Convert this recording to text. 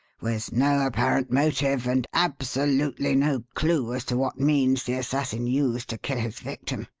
with no apparent motive, and absolutely no clue as to what means the assassin used to kill his victim,